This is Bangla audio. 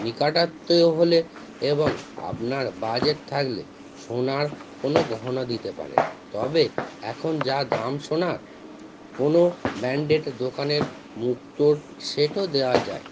নিকাট আত্মীয় হলে এবং আপনার বাজেট থাকলে সোনার কোনো গহনা দিতে পারেন তবে এখন যা দাম সোনার কোনো ব্যান্ডেড দোকানের মুক্তর সেটও দেওয়া যায়